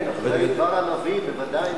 אחרי דבריו, כמובן.